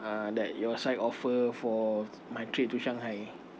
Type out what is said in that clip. uh that your side offer for my trip to shanghai